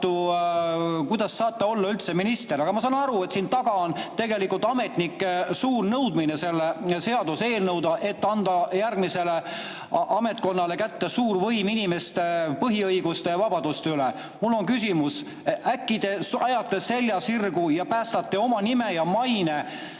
Aga ma saan aru, et siin taga on tegelikult ametnike suur nõudmine selle seaduseelnõu järele, et anda järgmisele ametkonnale kätte suur võim inimeste põhiõiguste ja -vabaduste üle. Mul on küsimus: äkki te ajate selja sirgu ja päästate oma nime ja maine?